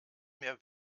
mehr